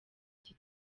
icyo